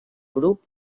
grup